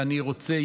ואני רוצה,